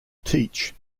teach